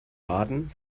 baden